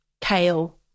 kale